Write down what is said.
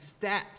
stats